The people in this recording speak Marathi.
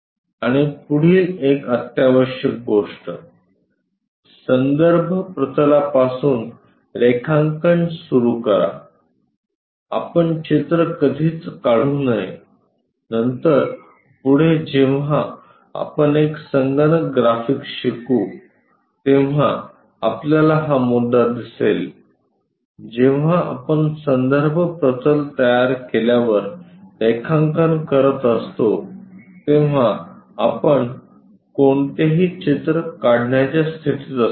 आणि पुढील एक अत्यावश्यक गोष्ट संदर्भ प्रतलापासून रेखांकन सुरू करा आपण चित्र कधीच काढू नये नंतर पुढे जेव्हा आपण तेथे संगणक ग्राफिक्स शिकू तेव्हा आपल्याला हा मुद्दा दिसेल जेव्हा आपण संदर्भ प्रतल तयार केल्यावर रेखांकन करत असतो तेव्हा आपण कोणतेही चित्र काढण्याच्या स्थितीत असतो